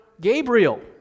Gabriel